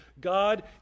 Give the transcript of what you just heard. God